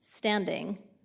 standing